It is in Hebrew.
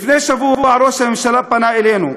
לפני שבוע ראש הממשלה פנה אלינו,